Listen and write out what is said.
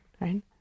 right